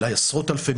אולי עשרות-אלפי,